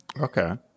Okay